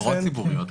חברות ציבוריות.